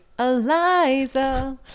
Eliza